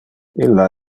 illa